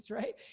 right?